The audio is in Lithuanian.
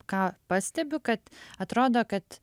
ką pastebiu kad atrodo kad